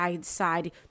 side